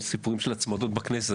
עם סיפורים של הצמדות בכנסת.